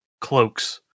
cloaks